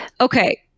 okay